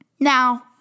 Now